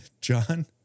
John